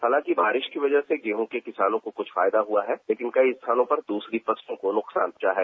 हालांकि बारिश की वजह से गेंहू के किसानों को कुछ फायदा हुआ है लेकिन कई स्थानों पर दूसरी फसलों को नुकसान पहुंचा है